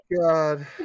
God